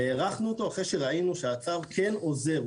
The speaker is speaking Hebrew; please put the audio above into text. והארכנו אותו אחרי שראינו שהצו כן עוזר,